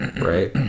right